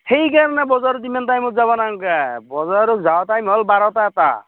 সেইকাৰণে বজাৰত ইমান টাইমত যাব নালাগে বজাৰত যোৱা টাইম হ'ল বাৰটা এটা